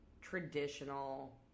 traditional